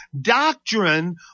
doctrine